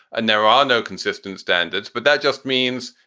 and there are no consistent standards. but that just means,